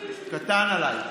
קטן עליי.